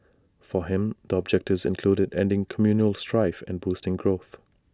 for him the objectives included ending communal strife and boosting growth